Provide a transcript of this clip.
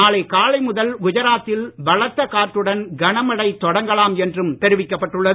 நாளை காலை முதல் குஜராத்தில் பலத்த காற்றுடன் கன மழை தொடங்கலாம் என்றும் தெரிவிக்கப்பட்டுள்ளது